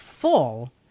full